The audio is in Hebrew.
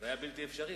זה היה בלתי אפשרי.